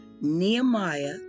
Nehemiah